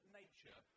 nature